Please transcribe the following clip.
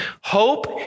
Hope